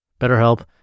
BetterHelp